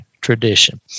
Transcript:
tradition